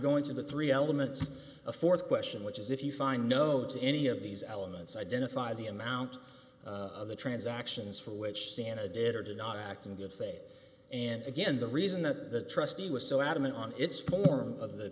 going through the three elements a th question which is if you find no to any of these elements identify the amount of the transactions for which santa did or did not act in good faith and again the reason that the trustee was so adamant on its form of the